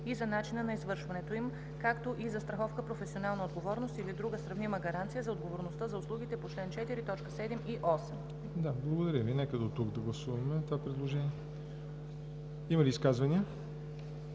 и за начина на извършването им, както и застраховка „Професионална отговорност“ или друга сравнима гаранция за отговорността за услугите по чл. 4, т. 7 и 8.” ПРЕДСЕДАТЕЛ ЯВОР НОТЕВ: Благодаря Ви. Нека да гласуваме това предложение. Има ли изказвания?